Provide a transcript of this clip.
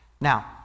Now